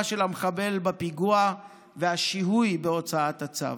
של המחבל בפיגוע והשיהוי בהוצאת הצו.